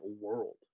world